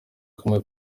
kumwe